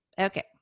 Okay